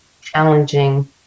challenging